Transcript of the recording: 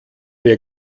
wir